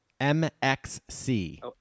MXC